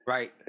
Right